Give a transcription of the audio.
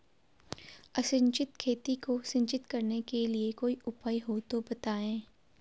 असिंचित खेती को सिंचित करने के लिए कोई उपाय हो तो बताएं?